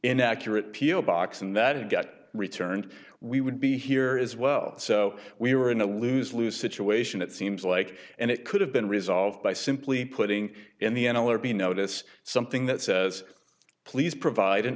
inaccurate p o box and that it get returned we would be here as well so we were in a lose lose situation it seems like and it could have been resolved by simply putting in the n l r b notice something that says please provide an